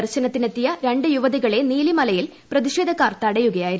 ദർശനത്തിനെത്തിയ രണ്ട് യുവതികളെ നീലിമലയിൽ പ്രതിഷേധക്കാർ തടയുകയായിരുന്നു